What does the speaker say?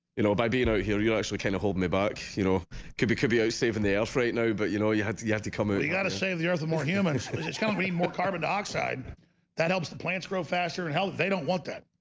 you know, baby, you know here you actually kind of hold me back you know could be could be a saving the elf rate no, but you know you had you have to come over you gotta save the earth of more human more carbon dioxide that helps the plants grow faster and hell they don't want that.